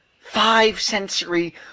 five-sensory